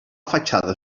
fatxada